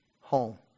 home